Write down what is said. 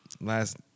last